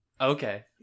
Okay